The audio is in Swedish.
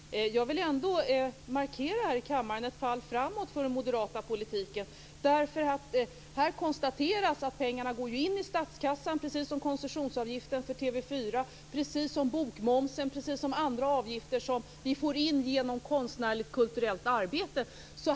Herr talman! Jag vill ändå här i kammaren markera att det är ett fall framåt för den moderata politiken. Här konstateras att pengarna går in i statskassan, precis som koncessionsavgiften för TV4, bokmomsen och andra avgifter som vi får in genom konstnärligt och kulturellt arbete.